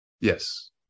Yes